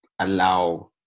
allow